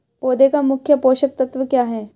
पौधे का मुख्य पोषक तत्व क्या हैं?